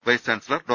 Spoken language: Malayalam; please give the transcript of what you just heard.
vice chancellor Dr